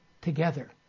together